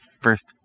first